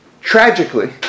tragically